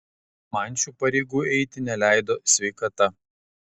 man šių pareigų eiti neleido sveikata